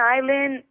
Island